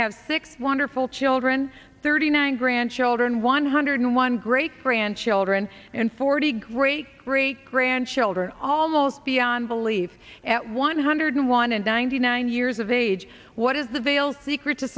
have six wonderful children thirty nine grandchildren one hundred one great grandchildren and forty great great grandchildren almost beyond belief at one hundred one and ninety nine years of age what is the veil secret to